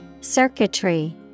Circuitry